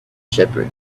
shepherd